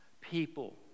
People